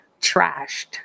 trashed